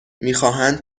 میخواهند